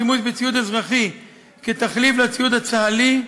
השימוש בציוד אזרחי כתחליף לציוד הצה"לי,